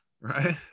Right